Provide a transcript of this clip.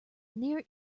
near